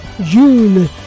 June